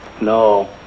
No